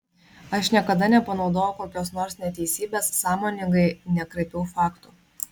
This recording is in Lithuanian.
aš niekada nepanaudojau kokios nors neteisybės sąmoningai nekraipiau faktų